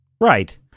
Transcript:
Right